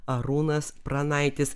arūnas pranaitis